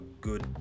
good